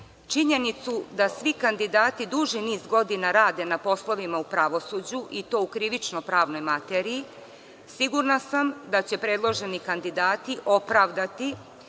činjenicu da svi kandidati duži niz godina rade na poslovima u pravosuđu, i to u krivično-pravnoj materiji, sigurna sam da će predloženi kandidati opravdati